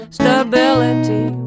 stability